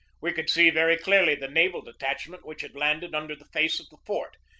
we could see very clearly the naval detachment which had landed under the face of the fort.